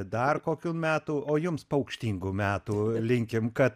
dar kokių metų o jums paukštingų metų linkim kad